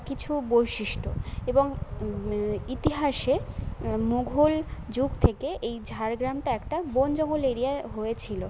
কিছু বৈশিষ্ট্য এবং ইতিহাসে মোঘল যুগ থেকে এই ঝাড়গ্রামটা একটা বন জঙ্গল এরিয়া হয়েছিলো